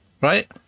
right